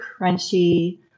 crunchy